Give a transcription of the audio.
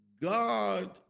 God